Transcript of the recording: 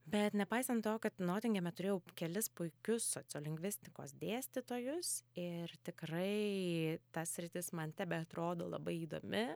bet nepaisant to kad notingeme turėjau kelis puikius sociolingvistikos dėstytojus ir tikrai ta sritis man tebeatrodo labai įdomi